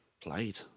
played